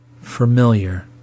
Familiar